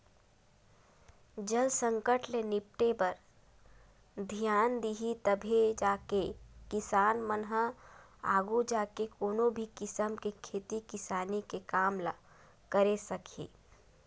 जल संकट ले निपटे बर धियान दिही तभे जाके किसान मन ह आघू जाके कोनो भी किसम के खेती किसानी के काम ल करे सकही